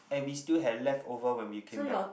and we still had leftover when we came back